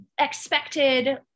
expected